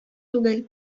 түгел